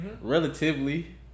relatively